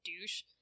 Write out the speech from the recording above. douche